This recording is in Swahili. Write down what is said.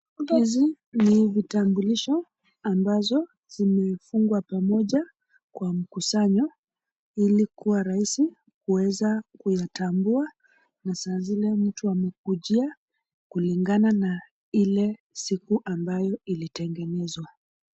Hizi ni vitambulisho ambazo zimefungwa pamoja kwa kuswanywa ili kuwa rahisi kuweza kuitambua na sazile mtu amekujia kujiankulingana na ile siku ilitengenezwa.